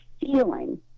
feeling